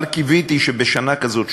אבל קיוויתי שבשנה כזאת,